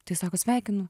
tai sako sveikinu